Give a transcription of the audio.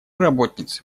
работницы